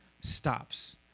stops